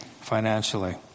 financially